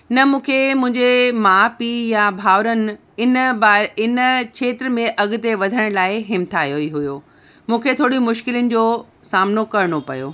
न मूंखे मुंहिंजे माउ पीउ या भावरनि इन बा इन खेत्र में अॻिते वधण लाइ हिमथायो ई हुओ मूंखे थोरी मुश्किलनि जो सामिनो करिणो पियो